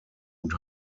und